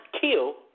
kill